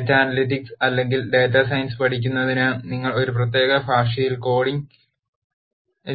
data analytics അല്ലെങ്കിൽ data science പഠിപ്പിക്കുന്നതിന് നിങ്ങൾ ഒരു പ്രത്യേക ഭാഷയിൽ കോഡിംഗ്